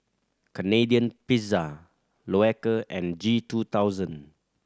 Canadian Pizza Loacker and G two thousand